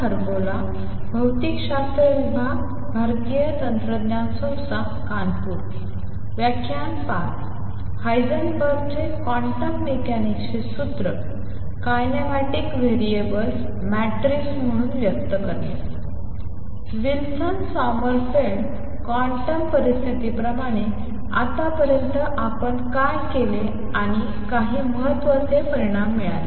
हायझेनबर्गचे quantum मेकॅनिक्सचे सूत्र kinematic variables matrices म्हणून व्यक्त करणे विल्सन सॉमरफेल्ड क्वांटम परिस्थितीप्रमाणे आतापर्यंत आपण काय केले आणि काही महत्त्वाचे परिणाम मिळाले